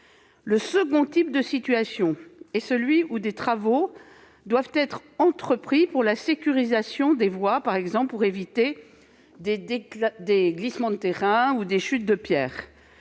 Le second type de situation est celui où des travaux doivent être entrepris pour la sécurisation des voies, par exemple pour éviter des glissements de terrain ou des chutes de pierres.